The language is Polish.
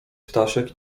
staszek